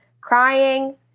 Crying